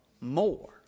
more